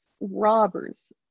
robbers